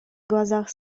глазах